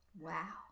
Wow